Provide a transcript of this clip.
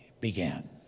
began